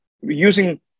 using